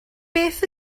beth